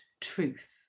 truth